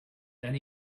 then